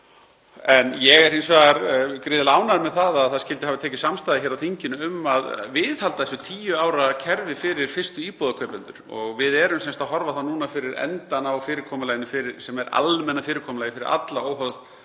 Ég er hins vegar gríðarlega ánægður með að það skyldi hafa tekist samstaða hér á þinginu um að viðhalda þessu tíu ára kerfi fyrir fyrstu íbúðarkaupendur. Við erum sem sagt að sjá núna fyrir endann á fyrirkomulaginu sem er almenna fyrirkomulagið fyrir alla, óháð